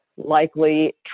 likely